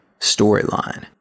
storyline